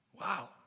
Wow